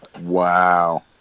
wow